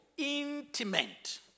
intimate